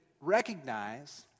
recognize